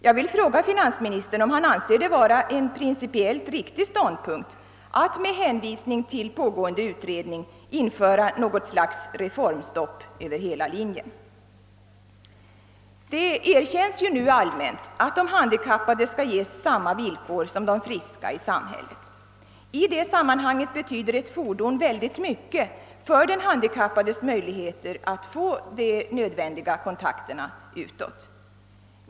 Jag vill därför fråga finansministern om han anser det vara en principiellt riktig ståndpunkt att med hänvisning till pågående utredning införa något slags reformstopp över hela linjen. Det kräves nu allmänt att åt de handikappade skall ges samma villkor som de friska i samhället åtnjuter, och då betyder ett fordon oerhört mycket för den handikappades möjligheter att få kontakter utåt.